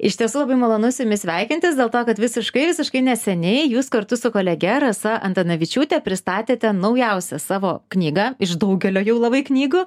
iš tiesų labai malonu su jumis sveikintis dėl to kad visiškai visiškai neseniai jūs kartu su kolege rasa antanavičiūte pristatėte naujausią savo knygą iš daugelio jau labai knygų